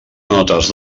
notes